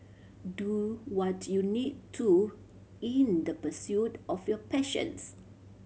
do what you need to in the pursuit of your passions